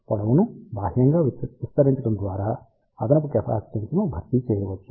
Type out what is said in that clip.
పొడవును బాహ్యంగా విస్తరించడం ద్వారా అదనపు కెపాసిటెన్స్ను భర్తీ చేయవచ్చు